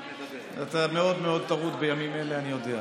אתה מאוד מאוד טרוד בימים אלה, אני יודע.